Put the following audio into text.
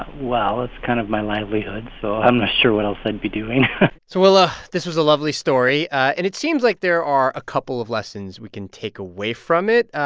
well, it's kind of my livelihood, so i'm not sure what else i'd be doing so willa, this was a lovely story, and it seems like there are a couple of lessons we can take away from it.